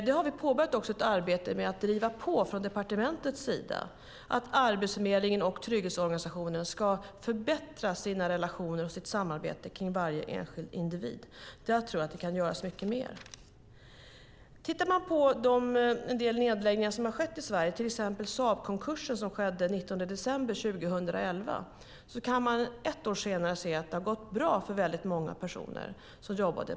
Vi har påbörjat ett arbete med att driva på från departementets sida för att Arbetsförmedlingen och trygghetsorganisationerna ska förbättra sina relationer och sitt samarbete kring varje enskild individ. Där tror jag att det kan göras mycket mer. Tittar man på en del nedläggningar som har skett i Sverige, till exempel Saabkonkursen som skedde den 19 december 2011, kan man se att ett år senare hade det gått bra för många personer som jobbade där.